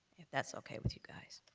if that's okay with you guys.